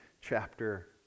chapter